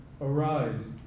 Arise